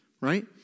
right